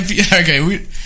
okay